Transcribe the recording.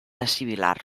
assimilar